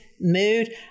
mood